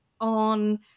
on